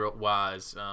wise